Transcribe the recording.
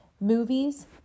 movies